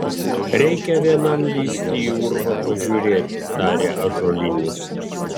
reikia vienam lįsti į urvą pažiūrėti tarė ąžuolinis